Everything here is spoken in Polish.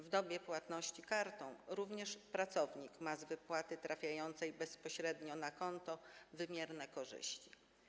W dobie płatności kartą również pracownik ma z wypłaty trafiającej bezpośrednio na konto wymierne korzyści.